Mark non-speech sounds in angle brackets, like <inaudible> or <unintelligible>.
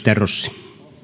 <unintelligible> herra